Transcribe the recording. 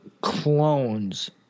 clones